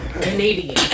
Canadian